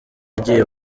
agiye